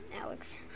Alex